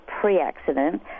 pre-accident